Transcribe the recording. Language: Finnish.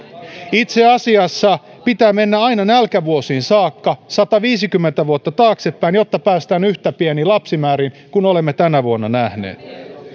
itse asiassa pitää mennä aina nälkävuosiin saakka sataviisikymmentä vuotta taaksepäin jotta päästään yhtä pieniin lapsimääriin kuin olemme tänä vuonna nähneet